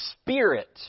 spirit